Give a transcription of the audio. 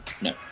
no